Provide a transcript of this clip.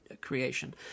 creation